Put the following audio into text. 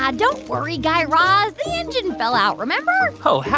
yeah don't worry, guy raz. the engine fell out, remember? oh, ah.